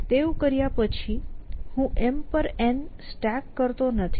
તેવું કર્યા પછી હું M પર N સ્ટેક કરતો નથી